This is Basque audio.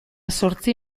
zortzi